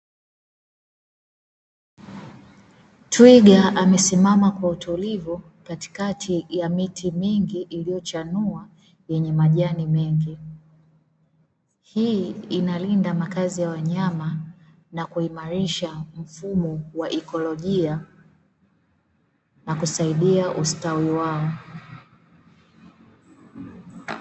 Twiga amesimama kwa utulivu katikati ya miti mingi iliyochanua yenye majani mengi. Hii inalinda makazi ya wanyama na kuimarisha mfumo wa ikolojia na kusaidia ustawi wao.